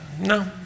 no